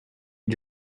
you